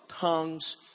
tongues